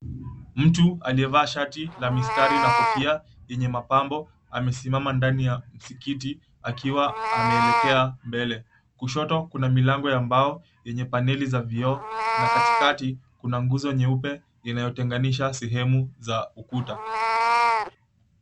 Mtu aliyevaa shati la mistari na kofia yenye mapambo amesimama ndani ya msikiti akiwa ameelekea mbele, kushoto kuna milango ya mbao yenye pande mbili za vioo na katikati kuna nguzo nyeupe inayotenganisha sehemu za ukuta.